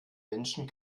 menschen